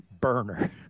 burner